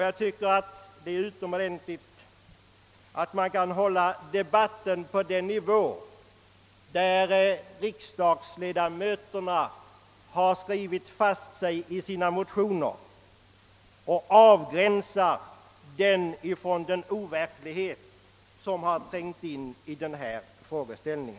Jag tycker det är utomordentligt att kunna hålla debatten på den nivå, där riksdagsledamöterna har skrivit fast sig i sina motioner, och avgränsa densamma från den overklighet som trängt in i denna frågeställning.